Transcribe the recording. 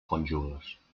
cònjuges